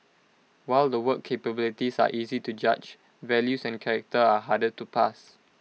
while the work capabilities are easy to judge values and character are harder to pass